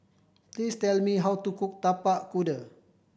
please tell me how to cook Tapak Kuda